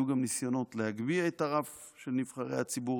היו גם ניסיונות להגביה את הרף של נבחרי הציבור.